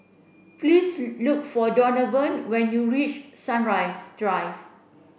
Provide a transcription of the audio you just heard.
please look for Donavan when you reach Sunrise Drive